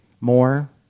more